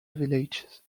villages